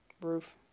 roof